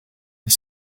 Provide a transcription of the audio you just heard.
est